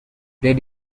played